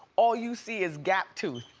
all you see is gap tooth.